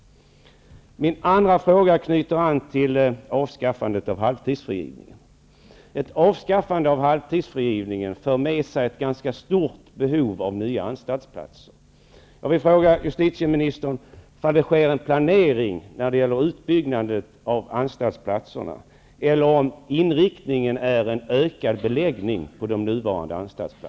Min andra fråga anknyter till avskaffandet av halvtidsfrigivningen. Ett avskaffande av halvtidsfrigivningen för med sig ett ganska stort behov av nya anstaltsplatser. Jag vill fråga justitieministern om det sker en planering när det gäller utbyggandet av antalet anstaltsplatser eller om inriktningen är en ökad beläggning på de nuvarande anstalterna.